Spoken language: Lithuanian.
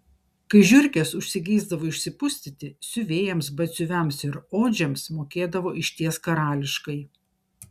kai žiurkės užsigeisdavo išsipustyti siuvėjams batsiuviams ir odžiams mokėdavo išties karališkai